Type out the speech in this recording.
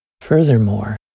Furthermore